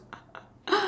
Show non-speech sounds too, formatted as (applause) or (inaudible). (laughs)